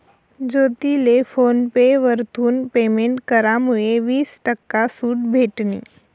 ज्योतीले PhonePe वरथून payment करामुये वीस टक्का सूट भेटनी